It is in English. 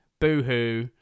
Boohoo